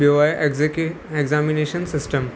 ॿियो आहे existing examination system